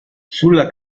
sulla